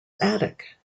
attic